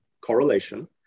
correlation